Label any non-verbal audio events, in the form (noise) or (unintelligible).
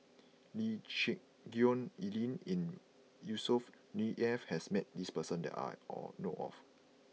Lee (unintelligible) Geck Hoon Ellen and Yusnor E F has met this person that I all know of